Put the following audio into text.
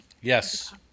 Yes